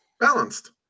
balanced